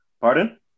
Pardon